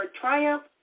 triumph